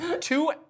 two